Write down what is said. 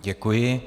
Děkuji.